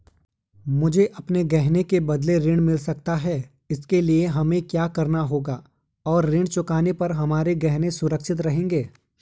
मुझे अपने गहने के बदलें ऋण मिल सकता है इसके लिए हमें क्या करना होगा और ऋण चुकाने पर हमारे गहने सुरक्षित रहेंगे?